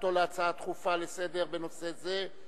הצעתו הדחופה לסדר-היום בנושא זה,